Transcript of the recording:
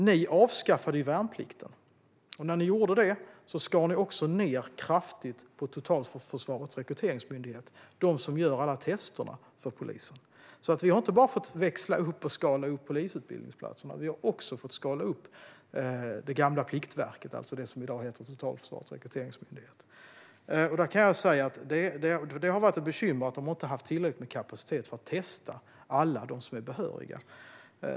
Ni avskaffade ju värnplikten, och när ni gjorde det skar ni också ned kraftigt på Totalförsvarets rekryteringsmyndighet, som gör alla tester för polisen. Vi har alltså inte bara fått skala upp polisutbildningen utan också det gamla Pliktverket, som i dag heter Totalförsvarets rekryteringsmyndighet. Det har varit ett bekymmer att de inte har haft tillräcklig kapacitet för att testa alla som är behöriga.